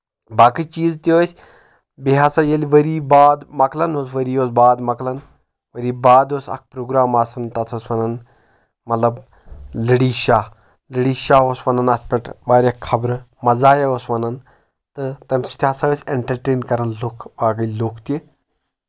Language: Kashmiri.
باقٕے چیٖز تہِ ٲسۍ بیٚیہِ ہسا ییٚلہِ ؤری باد مۄکلان اوس ؤری اوس باد مۄکلان ؤری باد اوس اکھ پروگرام آسن تتھ اوس ونان مطلب لڑی شاہ لڑی شاہ اوس ونان اتھ پؠٹھ واریاہ خبرٕ مزایا اوس ونان تہٕ تمہِ سۭتۍ ہسا ٲسۍ اینٹرٹین کران لُکھ باقٕے لُکھ تہِ